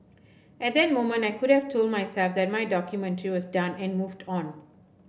at that moment I could have told myself that my documentary was done and moved on